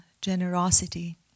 generosity